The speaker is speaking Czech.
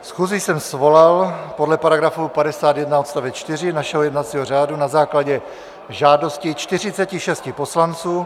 Schůzi jsem svolal podle § 51 odst. 4 našeho jednacího řádu na základě žádosti 46 poslanců.